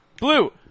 Blue